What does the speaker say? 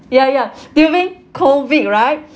ya ya you mean COVID right